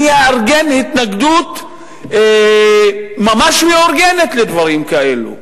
אני אארגן התנגדות ממש מאורגת לדברים כאלה,